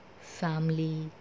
family